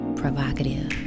provocative